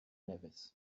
nevis